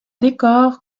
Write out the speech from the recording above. décor